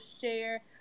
share